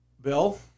Bill